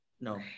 no